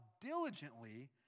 diligently